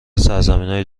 سرزمینای